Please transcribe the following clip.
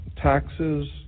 taxes